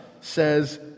says